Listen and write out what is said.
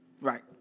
Right